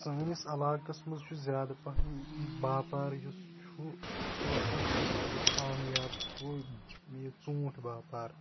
سٲنِس علاقَس منٛز چھُ زیادٕ پَہَن باپار یُس چھُ مطلب سَکسیٚسفُل یُس کامیاب چھُ سُہ گوٚو یہِ ژوٗنٛٹھۍ باپار